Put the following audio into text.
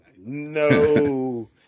no